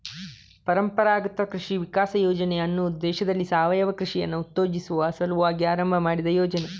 ಪರಂಪರಾಗತ್ ಕೃಷಿ ವಿಕಾಸ ಯೋಜನೆ ಅನ್ನುದು ದೇಶದಲ್ಲಿ ಸಾವಯವ ಕೃಷಿಯನ್ನ ಉತ್ತೇಜಿಸುವ ಸಲುವಾಗಿ ಆರಂಭ ಮಾಡಿದ ಯೋಜನೆ